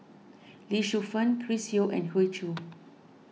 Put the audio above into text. Lee Shu Fen Chris Yeo and Hoey Choo